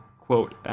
quote